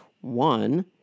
one